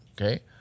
okay